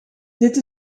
dit